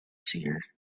seer